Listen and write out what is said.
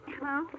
Hello